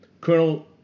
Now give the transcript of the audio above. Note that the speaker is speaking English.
Colonel